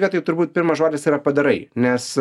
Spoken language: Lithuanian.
vietoj turbūt pirmas žodis yra padarai nes